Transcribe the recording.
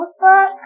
book